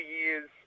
years